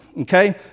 okay